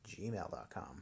gmail.com